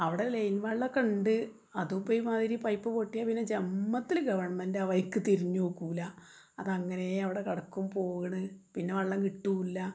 അവിടെ ലൈൻ വെള്ളമൊക്കെയുണ്ട് അതും ഇപ്പോൾ അതേ മാതിരി പൈപ്പ് പൊട്ടിയാൽ ജന്മത്തിൽ ഗവണ്മെൻറ്റ് ആ വഴിക്ക് തിരിഞ്ഞുനോക്കില്ല അതങ്ങനേ അവിടെ കിടക്കും പോക്ണ് പിന്നെ വെള്ളം കിട്ടില്ല